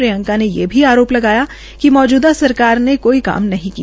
प्रियंका ने ये भी आरोप लगाया कि मौजूदा सरकार ने कोई काम नहीं किया